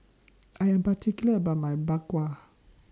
I Am particular about My Bak Kwa